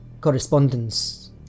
correspondence